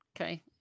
Okay